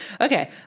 Okay